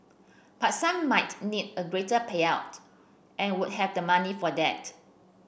but some might need a greater payout and would have the money for that